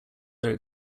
their